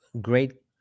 great